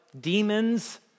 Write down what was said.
demons